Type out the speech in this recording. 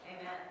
Amen